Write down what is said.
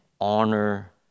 honor